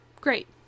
Great